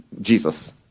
Jesus